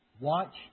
watch